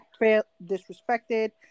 disrespected